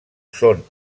són